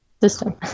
system